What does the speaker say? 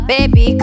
Baby